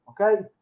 okay